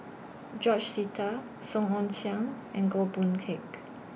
George Sita Song Ong Siang and Goh Boon Teck